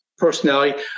Personality